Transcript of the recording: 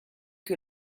que